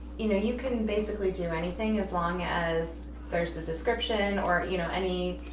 you know, you could basically do anything as long as there's the description or you know any.